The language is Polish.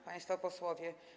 Państwo Posłowie!